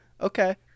okay